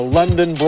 London